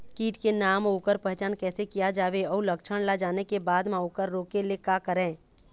कीट के नाम अउ ओकर पहचान कैसे किया जावे अउ लक्षण ला जाने के बाद मा ओकर रोके ले का करें?